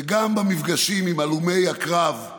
וגם במפגשים עם הלומי הקרב,